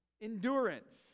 endurance